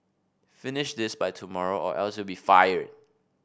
finish this by tomorrow or else you'll be fired